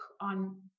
on